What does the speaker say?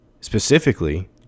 specifically